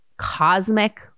cosmic